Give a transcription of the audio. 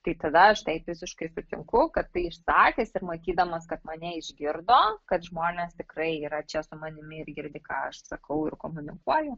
tai tada aš taip visiškai sutinku kad tai išsakęs ir matydamas kad mane išgirdo kad žmonės tikrai yra čia su manimi ir girdi ką aš sakau ir komunikuoju